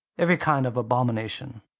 every kind of abomination.